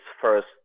first